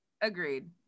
Agreed